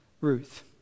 Ruth